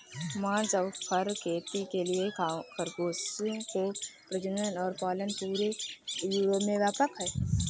मांस और फर खेती के लिए खरगोशों का प्रजनन और पालन पूरे यूरोप में व्यापक है